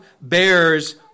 bears